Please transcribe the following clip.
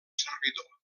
servidor